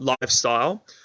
lifestyle